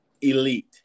Elite